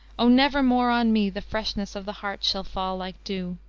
o never more on me the freshness of the heart shall fall like dew.